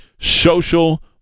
social